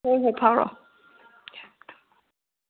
ꯍꯣꯏ ꯍꯣꯏ ꯐꯥꯎꯔꯛꯑꯣ